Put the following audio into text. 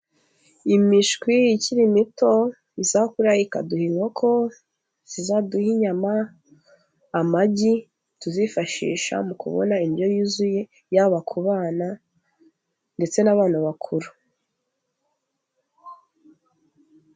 Imishwi ikiri mito izakura ikaduha inkoko zizaduha inyama, amagi tuzifashisha mu kubona indyo yuzuye yaba kubana ndetse n'abantu bakuru.